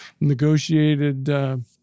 negotiated